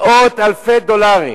מאות אלפי דולרים,